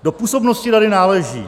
Do působnosti rady náleží: